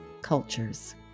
cultures